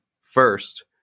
first